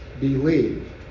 believe